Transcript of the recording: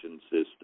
system